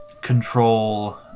control